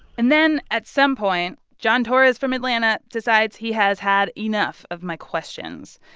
and then at some point, john torres from atlanta decides he has had enough of my questions.